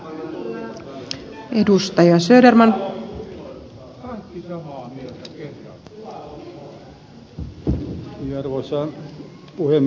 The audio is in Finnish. arvoisa puhemies